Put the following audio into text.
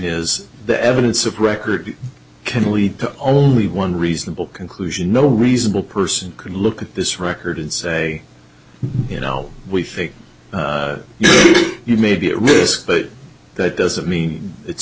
is the evidence of record can lead to only one reasonable conclusion no reasonable person could look at this record say you know we think you may be at risk but that doesn't mean it's